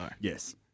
Yes